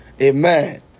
Amen